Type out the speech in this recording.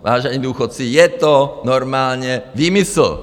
Vážení důchodci, je to normálně výmysl.